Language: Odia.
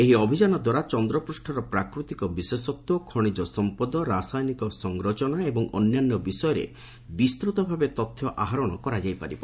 ଏହି ଅଭିଯାନ ଦ୍ୱାରା ଚନ୍ଦ୍ରପୂଷ୍ଠର ପ୍ରାକୃତିକ ବିଶେଷତ୍ୱ ଖଣିଜ ସମ୍ପଦ ରାସାୟନିକ ସଂରଚନା ଏବଂ ଅନ୍ୟାନ୍ୟ ବିଷୟରେ ବିସ୍ତୃତ ଭାବେ ତଥ୍ୟ ଆହରଣ କରାଯାଇ ପାରିବ